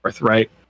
Right